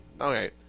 Okay